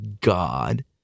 God